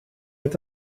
uit